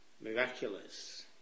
miraculous